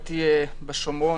הייתי בשומרון,